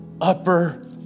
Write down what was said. upper